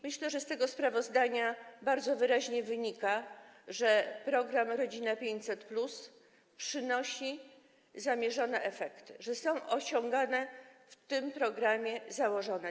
Myślę, że z tego sprawozdania bardzo wyraźnie wynika, że program „Rodzina 500+” przynosi zamierzone efekty, że cele założone w tym programie są osiągane.